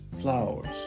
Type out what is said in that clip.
flowers